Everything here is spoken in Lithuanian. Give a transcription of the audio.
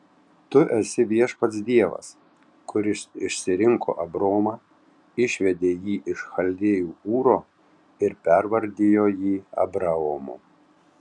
tu esi viešpats dievas kuris išsirinko abromą išvedė jį iš chaldėjų ūro ir pervardijo jį abraomu